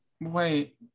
Wait